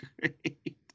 great